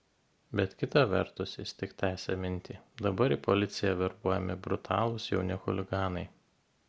bet kita vertus jis tik tęsė mintį dabar į policiją verbuojami brutalūs jauni chuliganai